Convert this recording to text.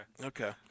Okay